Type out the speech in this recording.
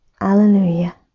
alleluia